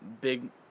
Big